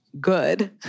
good